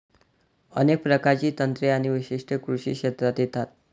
अनेक प्रकारची तंत्रे आणि वैशिष्ट्ये कृषी क्षेत्रात येतात